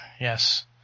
yes